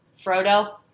Frodo